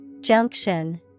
Junction